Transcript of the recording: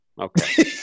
Okay